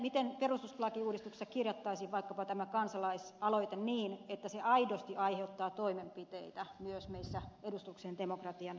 miten perustuslakiuudistuksessa kirjattaisiin vaikkapa tämä kansalaisaloite niin että se aidosti aiheuttaa toimenpiteitä myös meissä edustuksellisen demokratian kohteissa